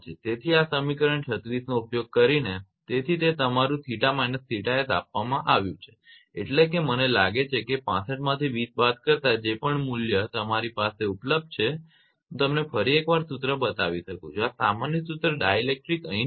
તેથી આ સમીકરણ 36 નો ઉપયોગ કરીને તેથી તે તમારું 𝜃−𝜃𝑠 આપવામાં આવ્યું છે એટલે કે મને લાગે છે કે 65 માંથી 20 બાદ કરતા અને જે પણ મૂલ્યોડેટા તમારી પાસે ઉપલબ્ધ છે તે હું તમને ફરી એક વાર સૂત્ર બતાવી શકું છું આ સામાન્ય સૂત્ર ડાઇલેક્ટ્રિક અહીં નથી